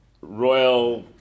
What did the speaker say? royal